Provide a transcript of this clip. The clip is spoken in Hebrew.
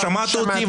שמעתי,